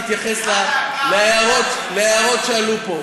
מתייחס להערות שעלו פה.